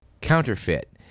counterfeit